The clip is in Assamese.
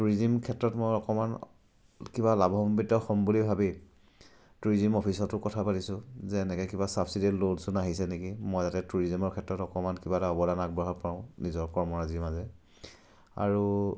টুৰিজিম ক্ষেত্ৰত মই অকমান কিবা লাভম্বিত হ'ম বুলি ভাবি টুৰিজিম অফিচতো কথা পাতিছোঁ যে এনেকৈ কিবা ছাবচিটি লোন চোন আহিছে নেকি মই যাতে টুৰিজিমৰ ক্ষেত্ৰত অকমান কিবা এটা অৱদান আগবঢ়াব পাৰোঁ নিজৰ কৰ্মৰাজিৰ মাজেৰে আৰু